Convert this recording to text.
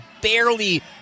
barely